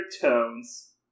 tones